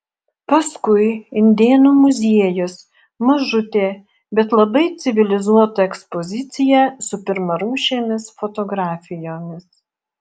paskui indėnų muziejus mažutė bet labai civilizuota ekspozicija su pirmarūšėmis fotografijomis